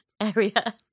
area